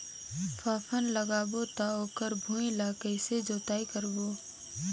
फाफण लगाबो ता ओकर भुईं ला कइसे जोताई करबो?